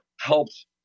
helped